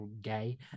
Gay